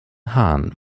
hahn